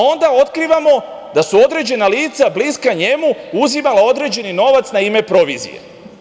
Onda, otkrivamo da su određena lica bliska njemu uzimala određeni novac na ime provizije.